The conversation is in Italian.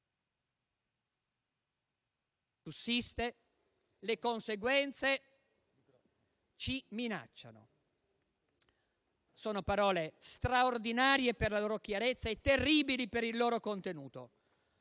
le conseguenze ci minacciano». Sono parole straordinarie per la loro chiarezza e terribili per il loro contenuto.